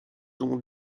dont